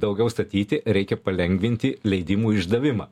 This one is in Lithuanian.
daugiau statyti reikia palengvinti leidimų išdavimą